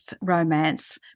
romance